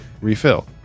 refill